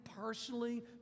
personally